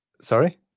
Sorry